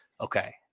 okay